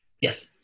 Yes